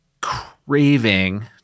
craving